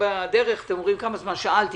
שאלתי כמה זמן צריך,